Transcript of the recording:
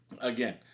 Again